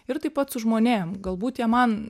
ir taip pat su žmonėm galbūt jie man